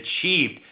achieved